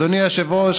אדוני היושב-ראש,